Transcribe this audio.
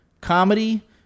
comedy